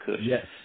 Yes